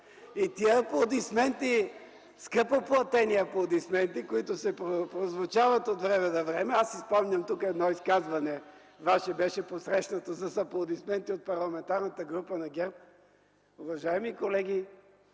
Тези аплодисменти – скъпо платени аплодисменти, които прозвучават от време на време, аз си спомням тук едно Ваше изказване, беше посрещнато с аплодисменти от Парламентарната група на ГЕРБ, уважаеми колеги,